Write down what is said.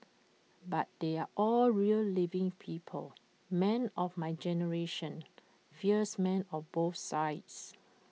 but they are all real living people men of my generation fierce men on both sides